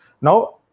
now